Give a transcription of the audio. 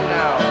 now